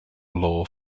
law